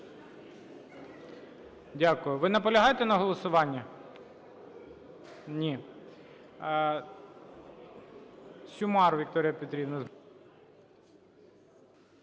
Дякую. Ви наполягаєте на голосуванні? Ні. Сюмар Вікторія Петрівна.